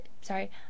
sorry